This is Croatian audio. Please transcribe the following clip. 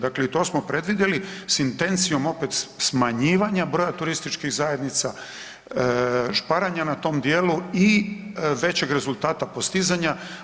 Dakle i to smo predvidjeli s intencijom opet smanjivanja broja turističkih zajednica, šparanja na tom dijelu i većeg rezultata postizanja.